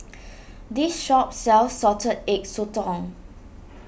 this shop sells Salted Egg Sotong